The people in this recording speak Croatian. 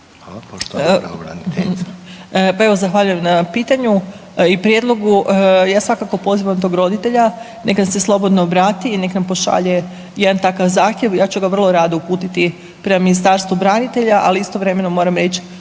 Pa evo zahvaljujem na pitanju i prijedlogu, ja svakako pozivam tog roditelja nek nam se slobodno obrati i nek nam pošalje jedan takav zahtjev ja ću ga vrlo rado uputiti prema Ministarstvu branitelja, ali istovremeno moram reći